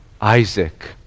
Isaac